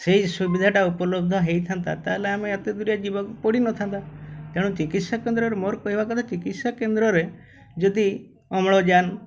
ସେଇ ସୁବିଧାଟା ଉପଲବ୍ଧ ହେଇଥାନ୍ତା ତାହେଲେ ଆମେ ଏତେ ଦୂରିଆ ଯିବାକୁ ପଡ଼ିନଥାନ୍ତା ତେଣୁ ଚିକିତ୍ସା କେନ୍ଦ୍ରରେ ମୋର କହିବା କଥା ଚିକିତ୍ସା କେନ୍ଦ୍ରରେ ଯଦି ଅମ୍ଳଜାନ